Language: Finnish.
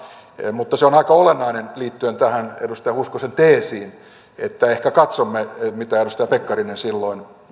mutta se on aika olennaista liittyen tähän edustaja hoskosen teesiin niin että ehkä katsomme mitä edustaja pekkarinen silloin